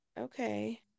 Okay